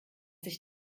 sich